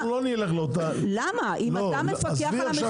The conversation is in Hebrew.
אם אתה מפקח על המחירים.